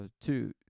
two